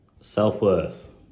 Self-worth